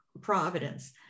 Providence